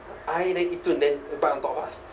I then yitun then the bike on top of us